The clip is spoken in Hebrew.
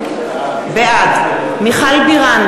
בעד מיכל בירן,